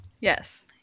yes